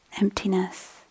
emptiness